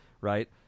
right